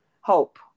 Hope